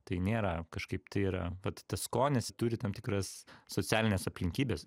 tai nėra kažkaip tai yra vat tas skonis turi tam tikras socialines aplinkybes